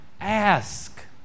Ask